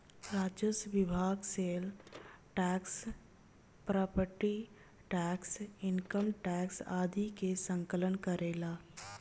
राजस्व विभाग sale tax property tax income tax आदि के संकलन करेला